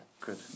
Good